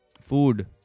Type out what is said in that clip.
Food